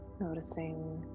Noticing